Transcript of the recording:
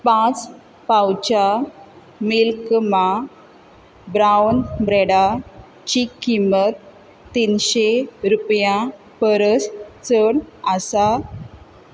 पांच पावच्या मिल्कमा ब्राउन ब्रेडाची किंमत तिनशे रुपया परस चड आसा